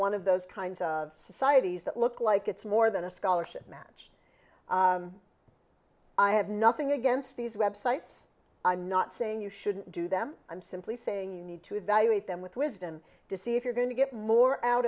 one of those kinds of societies that look like it's more than a scholarship match i have nothing against these websites i'm not saying you shouldn't do them i'm simply saying you need to evaluate them with wisdom to see if you're going to get more out